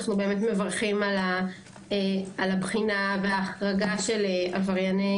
אנחנו מברכים על הבחינה וההחרגה של עברייני